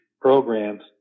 programs